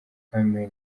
family